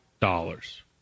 dollars